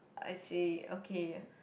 I see okay